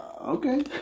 Okay